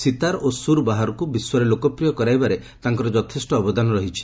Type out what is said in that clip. ସୀତାର ଓ ସୁରବାହାରକୁ ବିଶ୍ୱରେ ଲୋକପ୍ରିୟ କରାଇବାରେ ତାଙ୍କର ଯଥେଷ୍ଟ ଅବଦାନ ରହିଛି